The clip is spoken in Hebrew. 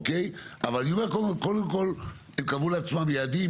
אבל אני אומר קודם כל הם קבעו לעצם יעדים,